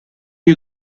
you